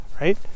right